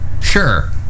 sure